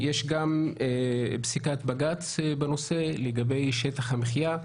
יש גם פסיקת בג"ץ בנושא לגבי שטח המחיה.